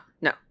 No